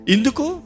Induko